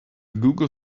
google